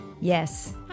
Yes